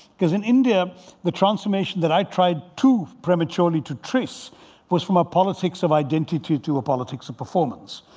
because in india the transformation that i tried too prematurely to trace was from a politics of identity to a politics of performance.